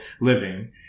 living